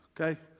Okay